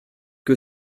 que